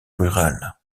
rurale